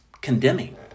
condemning